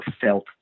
felt